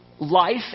life